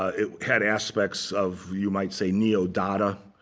it had aspects of you might say neo-dada,